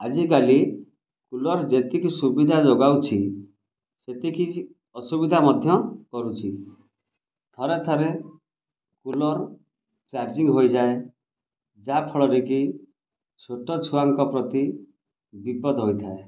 ଆଜିକାଲି କୁଲର୍ ଯେତିକି ସୁବିଧା ଯୋଗାଉଛି ସେତିକି କି ଅସୁବିଧା ମଧ୍ୟ କରୁଛି ଥରେ ଥରେ କୁଲର୍ ଚାର୍ଜିଙ୍ଗ୍ ହୋଇଯାଏ ଯାହାଫଳରେ କି ଛୋଟଛୁଆଙ୍କ ପ୍ରତି ବିପଦ ହୋଇଥାଏ